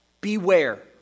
Beware